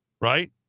right